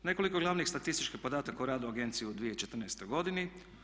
Nekoliko glavnih statističkih podataka o radu agencije u 2014. godini.